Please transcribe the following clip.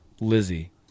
Lizzie